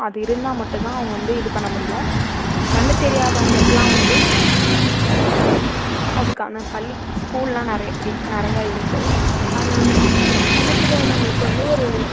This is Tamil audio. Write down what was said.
அது இருந்தால் மட்டும் தான் அவங்க வந்து இது பண்ண முடியும் கண் தெரியாதவங்களுக்குலாம் வந்து அதுக்கான பள்ளி ஸ்கூல்லாம் நிறைய இப்படி நிறைய இருக்குது அதில் வந்து கண் தெரியாதவங்களுக்கு வந்து ஒரு